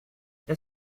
est